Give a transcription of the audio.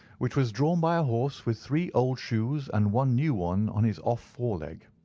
which was drawn by a horse with three old shoes and one new one on his ah fore leg.